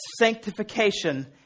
sanctification